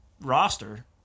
roster